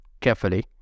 carefully